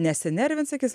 nesinervins sakys